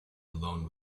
alone